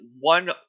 one